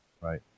right